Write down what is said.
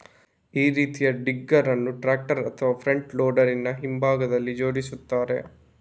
ಈ ರೀತಿಯ ಡಿಗ್ಗರ್ ಅನ್ನು ಟ್ರಾಕ್ಟರ್ ಅಥವಾ ಫ್ರಂಟ್ ಲೋಡರಿನ ಹಿಂಭಾಗದಲ್ಲಿ ಜೋಡಿಸ್ತಾರೆ